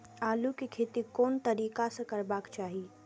आलु के खेती कोन तरीका से करबाक चाही?